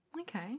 Okay